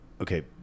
okay